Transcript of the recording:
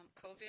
COVID